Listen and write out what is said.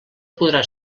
podrà